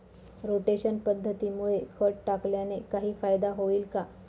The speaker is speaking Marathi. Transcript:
रोटेशन पद्धतीमुळे खत टाकल्याने काही फायदा होईल का?